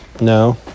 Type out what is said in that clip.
No